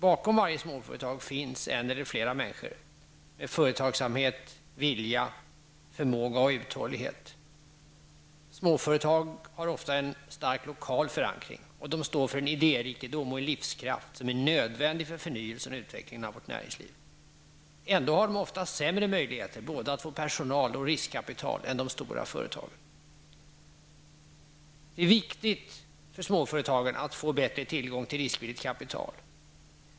Bakom varje småföretag finns en eller flera människor med företagsamhet, vilja, förmåga och uthållighet. Småföretag har ofta en stark lokal förankring, och de står för en idérikedom och en livskraft som är nödvändig för förnyelsen och utvecklingen av vårt näringsliv. Ändå har de ofta sämre möjligheter både att få personal och riskkapital än de stora företagen. Det är viktigt för småföretagen att få bättre tillgång till riskvilligt kapital.